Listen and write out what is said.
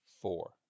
four